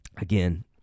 Again